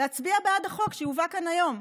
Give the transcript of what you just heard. להצביע בעד החוק שיובא כאן היום.